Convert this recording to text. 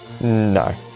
No